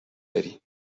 داری